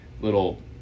little –